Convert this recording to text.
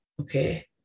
Okay